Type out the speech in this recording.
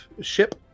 ship